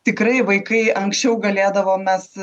tikrai vaikai anksčiau galėdavo mes